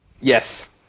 yes